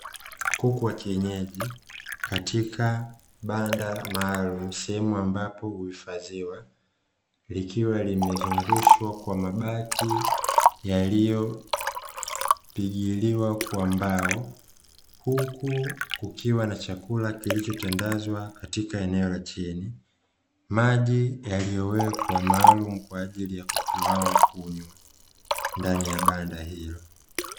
Kuku wa kienyeji katika banda maalumu sehemu ambapo huifadhiwa likiwa limezungushwa kwa mabati yaliyopigiliwa kwa mbao, huku kukiwa na chakula kilichotandazwa katika eneo la chini, maji yaliyowekwa maalumu kwa ajli ya kuku hao kunywa ndani ya banda hilo.